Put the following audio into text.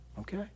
Okay